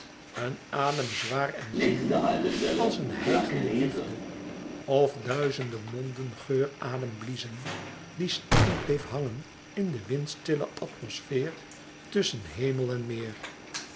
een adem zwaar en zinnelijk als van een hijgende liefde of duizende monden geuradem bliezen die stikkend bleef hangen in de windstille lichtatmosfeer tusschen hemel en meer